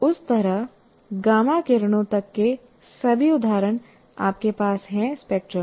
उस तरह गामा किरणों तक के सभी उदाहरण आपके पास है स्पेक्ट्रम में